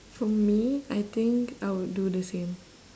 for me I think I would do the same